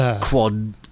Quad